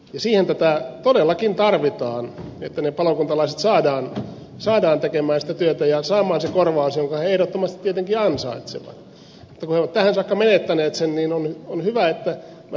siihen tätä todellakin tarvitaan että ne palokuntalaiset saadaan tekemään sitä työtä ja saamaan se korvaus jonka he ehdottomasti tietenkin ansaitsevat mutta koska he ovat tähän saakka menettäneet sen on hyvä että tämä säädetään näin